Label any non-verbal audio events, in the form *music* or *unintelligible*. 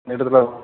*unintelligible*